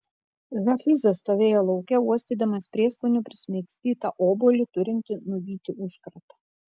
hafizas stovėjo lauke uostydamas prieskonių prismaigstytą obuolį turintį nuvyti užkratą